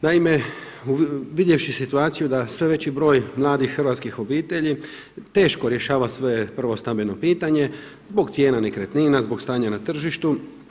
Naime, uvidjevši situaciju da sve veći broj mladih hrvatskih obitelji teško rješava svoje prvo stambeno pitanje zbog cijena nekretnina, zbog stanja na tržištu.